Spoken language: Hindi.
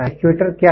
एक्चुएटर क्या है